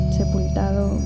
sepultado